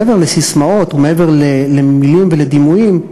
מעבר לססמאות ומעבר למילים ולדימויים.